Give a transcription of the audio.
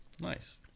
Nice